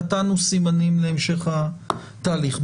נתנו סימנים להמשך תהליך.